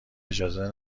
اجازه